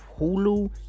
hulu